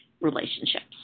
relationships